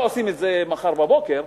לא עושים את זה מחר בבוקר,